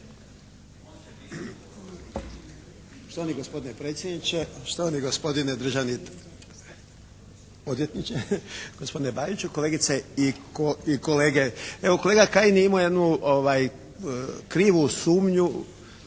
Štovani gospodine predsjedniče, štovani gospodine državni odvjetniče gospodine Bajiću, kolegice i kolege. Evo, kolega Kajin je imao jednu krivu sumnju